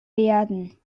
werden